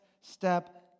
step